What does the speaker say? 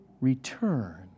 return